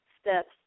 steps